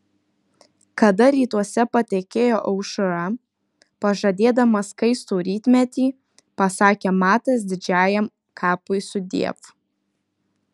kada rytuose patekėjo aušra pažadėdama skaistų rytmetį pasakė matas didžiajam kapui sudiev